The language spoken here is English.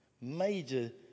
Major